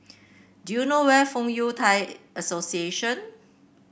do you know where is Fong Yun Thai Association